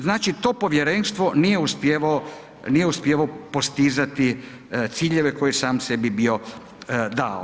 Znači to povjerenstvo nije uspijevao postizati ciljeve koje je sam sebi bio dao.